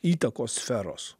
įtakos sferos